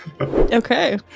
Okay